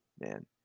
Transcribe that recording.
Man